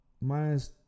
minus